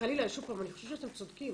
שוב פעם, אני חושבת שאתם צודקים.